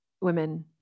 women